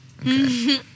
Okay